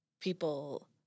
people